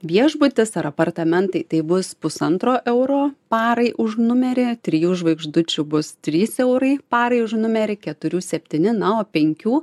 viešbutis ar apartamentai tai bus pusantro euro parai už numerį trijų žvaigždučių bus trys eurai parai už numerį keturių septyni na o penkių